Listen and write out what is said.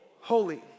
holy